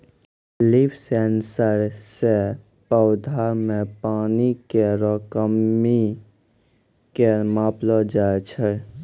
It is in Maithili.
लीफ सेंसर सें पौधा म पानी केरो कमी क मापलो जाय छै